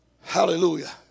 Hallelujah